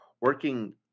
working